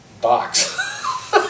box